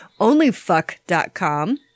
Onlyfuck.com